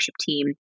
team